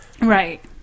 Right